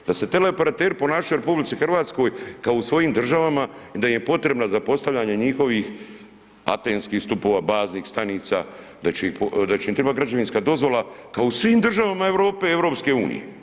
Da se teleoperateri ponašaju u RH kao u svojim državama i da im je potrebna za postavljanje njihovih antenskih stupova, baznih stanica, da će im trebati građevinska dozvola kao u svim državama Europe i EU.